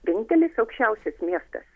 vienintelis aukščiausias miestas